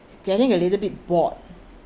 getting a little bit bored